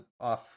off